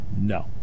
no